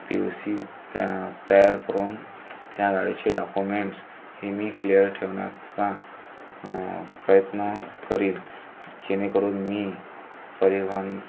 P U C त्या तयार करून त्या गाडीचे डाकुमेंट्स हे मी क्लिअर ठेवण्याचा प्रयत्न करीन जेणेकरून मी परिवहन